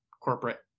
corporate